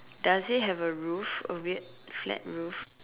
does it have a roof a weird flat roof